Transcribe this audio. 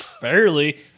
Barely